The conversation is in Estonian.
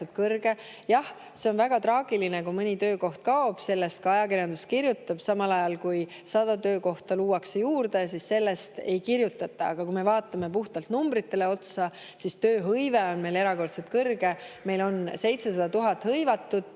Jah, see on väga traagiline, kui mõni töökoht kaob, ja sellest ka ajakirjandus kirjutab, aga kui samal ajal luuakse sada töökohta juurde, siis sellest ei kirjutata. Aga kui me vaatame puhtalt numbritele otsa, siis tööhõive on meil erakordselt kõrge: meil on 700 000 hõivatut